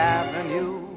avenue